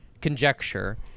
conjecture